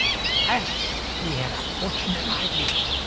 at last he had a fortunate idea,